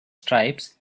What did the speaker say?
stripes